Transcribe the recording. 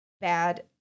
Bad